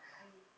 mm